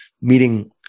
meeting